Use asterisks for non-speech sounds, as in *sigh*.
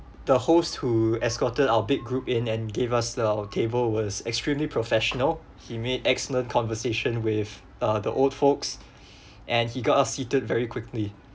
the host who escorted out big group in and gave us the our table was extremely professional he made excellent conversation with uh the old folks *breath* and he got us seated very quickly